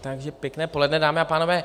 Takže pěkné poledne, dámy a pánové.